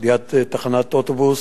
ליד תחנת אוטובוס.